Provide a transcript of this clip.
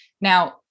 Now